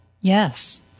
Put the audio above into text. Yes